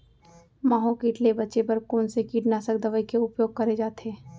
माहो किट ले बचे बर कोन से कीटनाशक दवई के उपयोग करे जाथे?